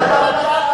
לא מתחרה,